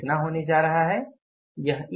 तो यह कितना होने जा रहा है